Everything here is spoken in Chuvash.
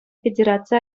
федераци